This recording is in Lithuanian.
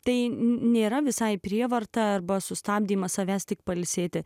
tai nėra visai prievarta arba sustabdymas savęs tik pailsėti